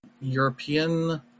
European